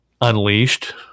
unleashed